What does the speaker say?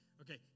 Okay